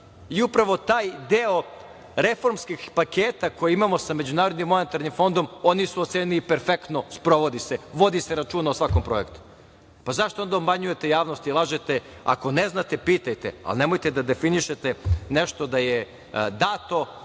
i upravo taj deo reformskih paketa koje imamo sa MMF-om oni su ocenili perfektno, sprovodi se, vodi se računa o svakom projektu. Zašto onda obmanjujete javnost i lažete? Ako ne znate, pitajte, ali nemojte da definišete nešto da je dato